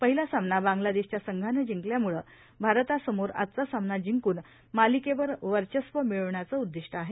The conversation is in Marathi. पहिला सामवा बांग्लादेशच्या संघाबं जिंकल्यामुळं भारतासमोर आज सामना जिंकूल मालिकेवर वर्चस्व मिळवण्याचं उद्दिष्ट आहे